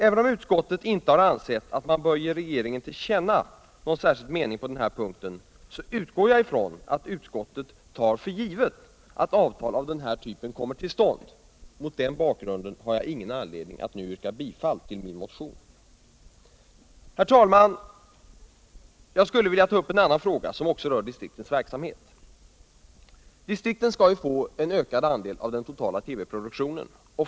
Även om utskottet inte har ansett alt man bör ge regeringen till känna någon särskild mening på den här punkten, utgår jag ifrån att utskouet tar för givet att avtal av den här typen kommer till stånd. Jag har mot den bakgrunden imgen anledning att yrka bifall ull min motion. Herr talman" Jag skulle vilja ta upp en annan fråga som också rör distriktens verksamhet. Distrikten skall ju få en ökad andet av den totala TV produktionen.